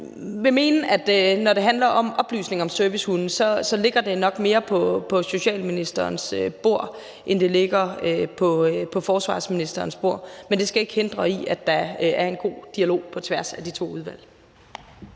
Jeg vil mene, at når det handler om oplysning om servicehund, så ligger det nok mere på socialministerens bord, end det ligger på forsvarsministerens bord, men det skal ikke forhindre, at der er en god dialog på tværs af de to udvalg.